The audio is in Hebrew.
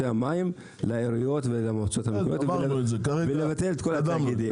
המים לעיריות ולמועצות המקומיות ולבטל את כל התאגידים.